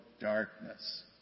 darkness